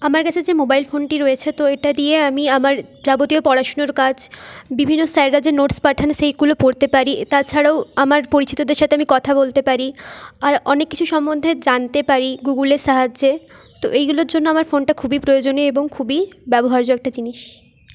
আমার কাছে যে মোবাইল ফোনটি রয়েছে তো এটা দিয়ে আমি আমার যাবতীয় পড়াশুনোর কাজ বিভিন্ন স্যাররা যে নোটস পাঠান সেইগুলো পড়তে পারি তাছাড়াও আমার পরিচিতদের সাথে আমি কথা বলতে পারি আর অনেক কিছু সম্বন্ধে জানতে পারি গুগুলের সাহায্যে তো এইগুলোর জন্য আমার ফোনটা খুবই প্রয়োজনীয় এবং খুবই ব্যবহার্য একটা জিনিস